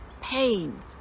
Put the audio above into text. pain